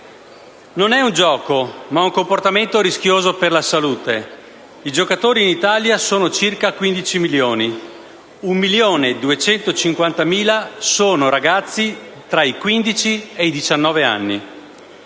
Non è un gioco, ma un comportamento rischioso per la salute. I giocatori in Italia sono circa 15 milioni, di cui 1.250.000 sono ragazzi tra i quindici e i